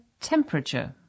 temperature